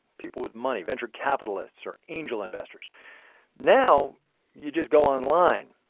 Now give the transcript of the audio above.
people with money venture capitalists or angel investors now you just go online.